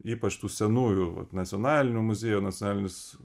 ypač tų senųjų vat nacionalinių muziejų nacionalinis